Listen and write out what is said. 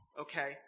Okay